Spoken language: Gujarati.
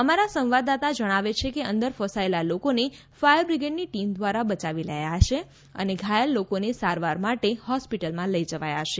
અમારા સંવાદદાતા જણાવે છે કે અંદર ફસાયેલા લોકોને ફાયર બ્રિગેડની ટીમ દ્વારા બચાવી લેવાયા છે અને ઘાયલ લોકોને સારવાર માટો હોસ્પિટલમાં લઇ જવાયા છે